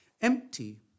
empty